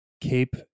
Cape